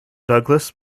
douglas